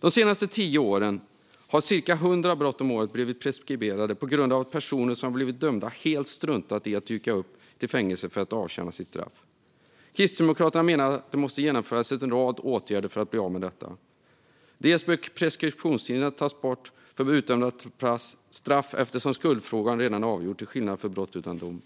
De senaste tio åren har ca 100 brott om året blivit preskriberade på grund av att personer som har blivit dömda helt struntat i att dyka upp till fängelset för att avtjäna sitt straff. Kristdemokraterna menar att det måste genomföras en rad åtgärder för att bli av med detta. Dels bör preskriptionstiden tas bort för utdömda straff, eftersom skuldfrågan redan är avgjord till skillnad från vad som gäller för brott utan dom.